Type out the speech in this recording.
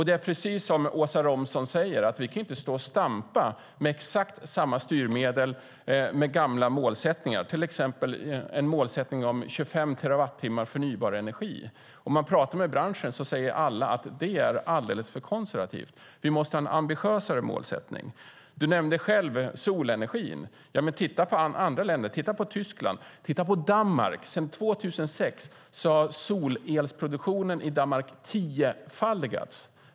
Det är precis som Åsa Romson säger att vi inte kan stå och stampa med exakt samma styrmedel med gamla målsättningar, till exempel en målsättning om 25 terawattimmar förnybar energi. Pratar man med branschen säger alla att det är alldeles för konservativt. Vi måste ha en mer ambitiös målsättning. Du nämnde själv solenergin. Titta på andra länder, titta på Tyskland och titta på Danmark! Sedan 2006 har solelsproduktionen i Danmark tiofaldigats.